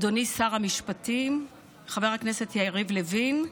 אדוני שר המשפטים חבר הכנסת יריב לוין,